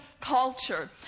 culture